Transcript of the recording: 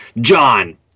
john